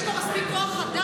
יש לה מספיק כוח אדם.